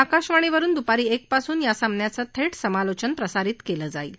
आकाशवाणीवरुन दुपारी एकपासून या सामन्याचं थेट समालोचन प्रसारित केलं जाईल